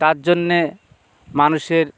তার জন্যে মানুষের